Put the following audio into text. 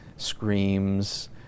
screams